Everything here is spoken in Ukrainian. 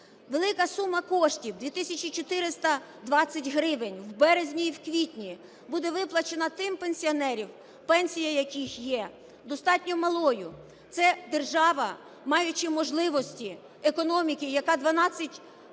Велика сума коштів - 2 тисячі 420 гривень - у березні і в квітні буде виплачена тим пенсіонерам, пенсія яких є достатньо малою. Це держава, маючи можливості економіки, яка 12